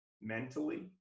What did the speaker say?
mentally